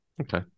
okay